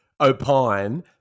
opine